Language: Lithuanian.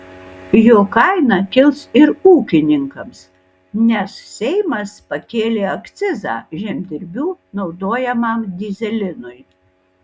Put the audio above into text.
jo kaina kils ir ūkininkams nes seimas pakėlė akcizą žemdirbių naudojamam dyzelinui